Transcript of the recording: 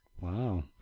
Wow